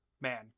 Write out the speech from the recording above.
Man